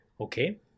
okay